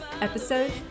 episode